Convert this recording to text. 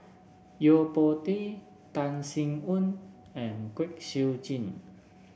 Yo Po Tee Tan Sin Aun and Kwek Siew Jin